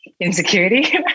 insecurity